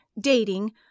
dating